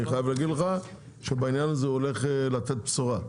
חייב להגיד לך שבעניין הזה הוא הולך לתת בשורה,